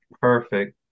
perfect